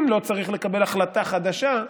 אם לא צריך לקבל החלטה חדשה,